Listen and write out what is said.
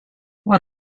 what